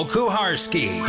Kuharski